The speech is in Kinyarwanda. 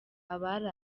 abari